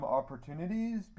opportunities